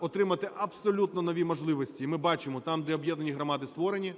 отримати абсолютно нові можливості. І ми бачимо, там, де об'єднані громади створені,